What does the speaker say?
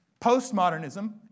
postmodernism